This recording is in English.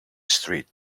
street